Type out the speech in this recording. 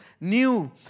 new